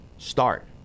start